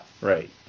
Right